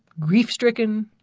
grief-stricken,